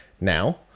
Now